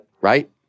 Right